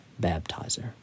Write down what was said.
baptizer